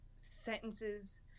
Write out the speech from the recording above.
sentences